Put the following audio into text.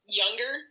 younger